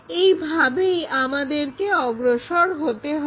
এই ভাবেই আমাদেরকে অগ্রসর হতে হবে